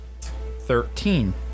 Thirteen